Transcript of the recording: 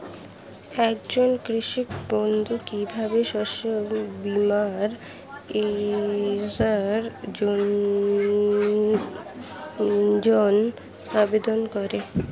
একজন কৃষক বন্ধু কিভাবে শস্য বীমার ক্রয়ের জন্যজন্য আবেদন করবে?